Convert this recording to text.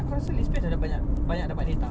so you know how to make money in the future